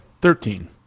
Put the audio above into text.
Thirteen